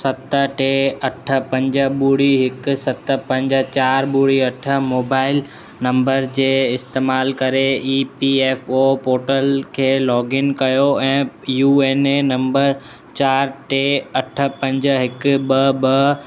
सत टे अठ पंज ॿुड़ी हिकु सत पंज चार ॿुड़ी अठ मोबाइल नम्बर जे इस्तेमाल करे E P F O portal खे लॉगिन कयो ऐं U A N A number चार टे अठ पंज हिकु ॿ ॿ